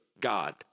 god